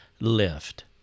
lift